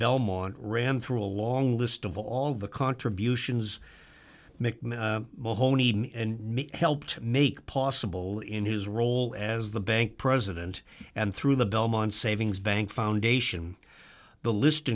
belmont ran through a long list of all the contributions and helped make possible in his role as the bank president and through the belmont savings bank foundation the list